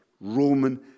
Roman